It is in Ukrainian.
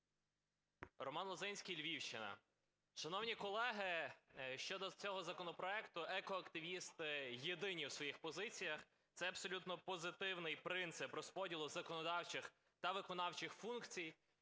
Роман Лозинський, Львівщина. Шановні колеги, щодо цього законопроекту екоактивісти єдині в своїх позиціях – це абсолютно позитивний принцип розподілу законодавчих та виконавчих функцій.